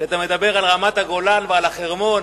כשאתה מדבר על רמת-הגולן ועל החרמון,